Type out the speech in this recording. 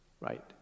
right